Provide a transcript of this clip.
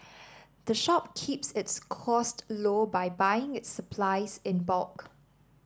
the shop keeps its cost low by buying its supplies in bulk